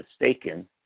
mistaken